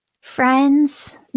Friends